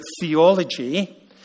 theology